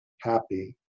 happy